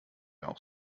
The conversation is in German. auch